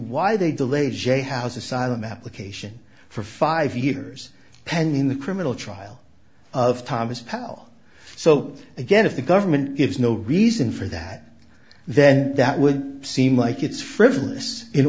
why they delayed j hause asylum application for five years pending the criminal trial of thomas pearl so again if the government gives no reason for that then that would seem like it's frivolous in